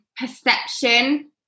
perception